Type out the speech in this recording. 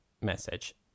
message